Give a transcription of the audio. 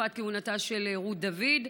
בתקופתה כהונתה של רות דוד,